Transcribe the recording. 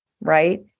right